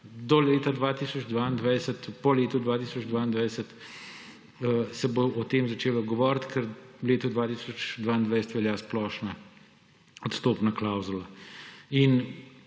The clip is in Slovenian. prilagajati. Po letu 2022 se bo o tem začelo govoriti, ker v letu 2022 velja splošna odstopna klavzula. Ne